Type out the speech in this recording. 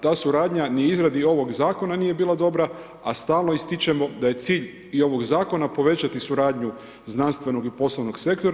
Ta suradnja ni izradi ovog zakona nije bila dobra, a stalno ističemo da je cilj i ovog zakona povećati suradnju znanstvenog i poslovnog sektora.